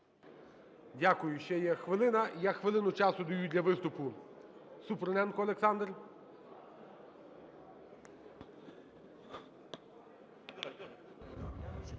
Дякую. Ще є хвилина. І я хвилину часу даю для виступу. Супруненко Олександр.